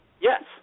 Yes